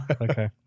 Okay